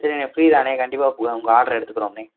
சரிணே free தாணே கண்டிப்பாக உங்கள் ஆர்டர் எடுத்துக்கிறோம்ணே